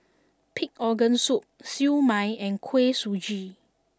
Pig Organ Soup Siew Mai and Kuih Suji